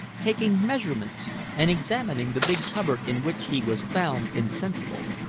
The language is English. taking measurements, and examining the big cupboard in which he was found insensible.